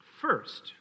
First